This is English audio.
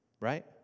right